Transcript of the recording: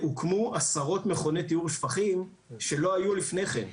הוקמו עשרות מכוני טיהור שפכים שלא היו לפני כן.